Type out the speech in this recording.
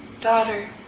Daughter